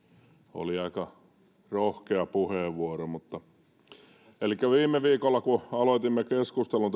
oli aika rohkea puheenvuoro viime viikolla kun aloitimme keskustelun